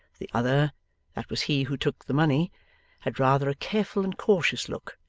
the other that was he who took the money had rather a careful and cautious look,